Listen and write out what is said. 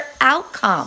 outcome